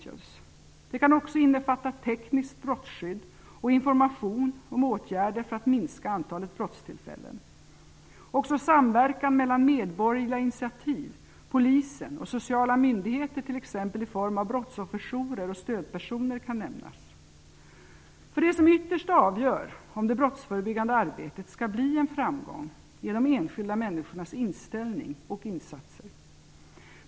Denna samverkan kan också innefatta tekniskt brottsskydd och information om åtgärder för att minska antalet brottstillfällen. Också samverkan mellan medborgerliga initiativ, polisen och sociala myndigheter, t.ex. i form av brottsofferjourer och stödpersoner, kan nämnas. Det som ytterst avgör om det brottsförebyggande arbetet skall bli en framgång är de enskilda människornas inställning och insatser.